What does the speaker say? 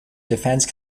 defense